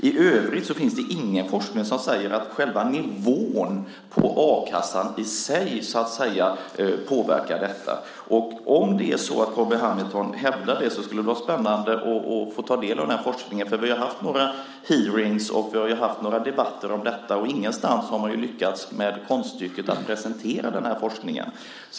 I övrigt finns det ingen forskning som säger att själva nivån på a-kassan i sig påverkar detta. Om Carl B Hamilton hävdar det skulle det vara spännande att få ta del av den forskningen. Vi har haft några hearingar och debatter om detta, och ingenstans har man lyckats med konststycket att presentera sådan forskning.